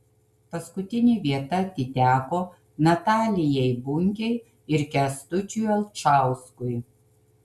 paskutinė vieta atiteko natalijai bunkei ir kęstučiui alčauskui